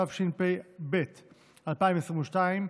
התשפ"ב 2022,